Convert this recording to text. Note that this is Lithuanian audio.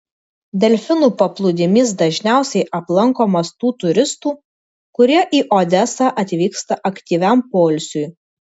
delfinų paplūdimys dažniausiai aplankomas tų turistų kurie į odesą atvyksta aktyviam poilsiui